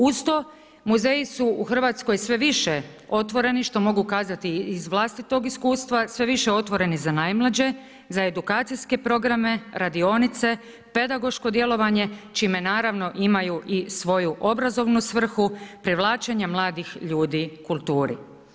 Uz to, muzeji su u RH sve više otvoreni, što mogu kazati iz vlastitog iskustva, sve više otvoreni za najmlađe, za edukacijske programe, radionice, pedagoško djelovanje, čime naravno imaju i svoju obrazovnu svrhu privlačenja mladih ljudi kulturi.